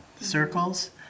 circles